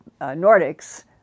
Nordics